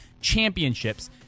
championships